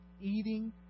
eating